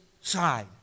side